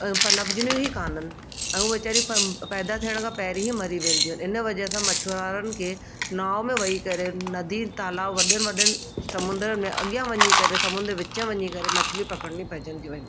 लभिजंदियूं ई कोन्हनि ऐं हू वेचारियूं पैदा थियण खां पहिरीं ई मरी वेंदियूं आहिनि इन वजह सां मछुआरनि खे नांव में वेही करे नदी तालाब वॾनि वॾनि समुंदरनि में अॻियां वञी करे समुंद्र विच में वञी करे मछिलियूं पकिड़णियूं पइजंदियूं आहिनि